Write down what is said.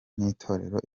n’itorero